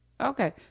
Okay